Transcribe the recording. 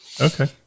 Okay